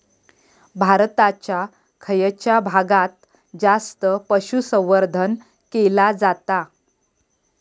भारताच्या खयच्या भागात जास्त पशुसंवर्धन केला जाता?